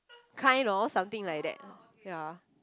kind of something like that ya